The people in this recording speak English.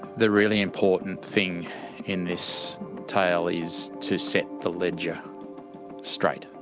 the really important thing in this tale is to set the ledger straight,